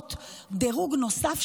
לחוות הורדת דירוג נוספת,